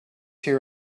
here